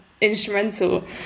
instrumental